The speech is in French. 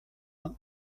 dix